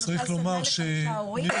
למשל סדנה לחמישה הורים.